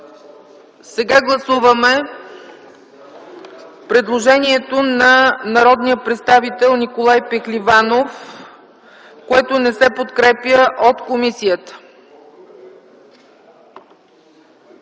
Сега гласуваме предложението на народния представител Николай Пехливанов, което не се подкрепя от комисията.